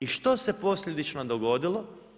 I što se posljedično dogodio?